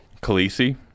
Khaleesi